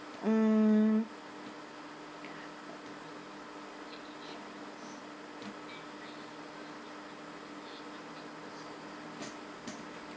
mm